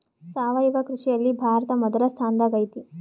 ಸಾವಯವ ಕೃಷಿಯಲ್ಲಿ ಭಾರತ ಮೊದಲ ಸ್ಥಾನದಾಗ್ ಐತಿ